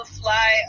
fly